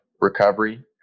recovery